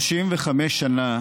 35 שנה